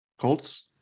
Colts